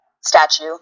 statue